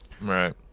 right